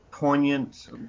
poignant